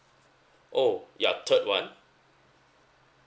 oh ya third one